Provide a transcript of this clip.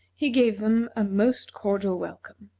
he gave them a most cordial welcome.